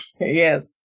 Yes